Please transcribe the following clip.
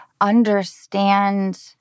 understand